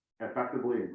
effectively